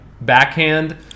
backhand